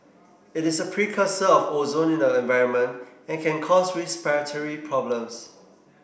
it is a precursor of ozone in the environment and can cause respiratory problems